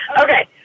Okay